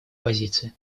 позиции